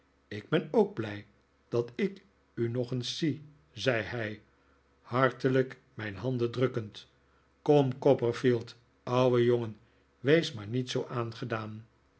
ik ben ook blij dat ik u nog eens zie zei hij hartelijk mijn handen drukkend kom copperfield oude jongen wees maar niet zoo aangedaan